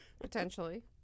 potentially